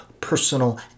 personal